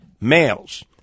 males